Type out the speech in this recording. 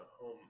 home